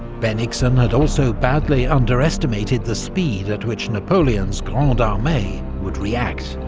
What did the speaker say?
bennigsen had also badly underestimated the speed at which napoleon's grande armee would react.